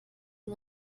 von